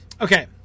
okay